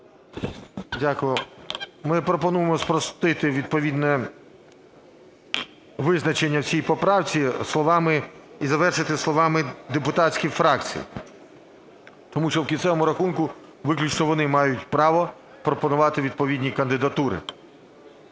Дякую. Ми пропонуємо спростити відповідне визначення в цій поправці словами, і завершити словами "депутатських фракцій". Тому що в кінцевому рахунку виключно вони мають право пропонувати відповідні кандидатури.